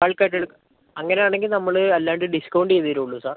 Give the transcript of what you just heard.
bulk ആയിട്ട് എടു അങ്ങനെയാണെങ്കിൽ നമ്മൾ അല്ലാണ്ട് ഡിസ്കൗണ്ട് ചെയ്ത് തരുള്ളൂ സാർ